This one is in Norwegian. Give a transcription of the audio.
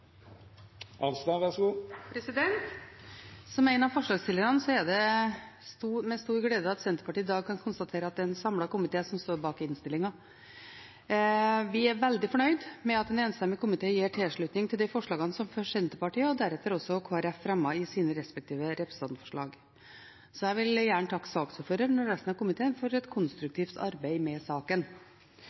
det med stor glede at Senterpartiet i dag kan konstatere at det er en samlet komité som står bak innstillingen. Vi er veldig fornøyd med at en enstemmig komité gir tilslutning til de forslagene som først Senterpartiet og deretter også Kristelig Folkeparti fremmet i sine respektive representantforslag. Jeg vil gjerne takke saksordføreren og resten av komiteen for et konstruktivt arbeid med saken.